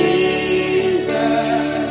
Jesus